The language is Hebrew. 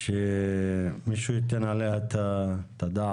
וכדאי שמישהו ייתן עליה את הדעת.